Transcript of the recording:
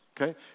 Okay